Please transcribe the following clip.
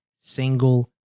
single